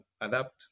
adapt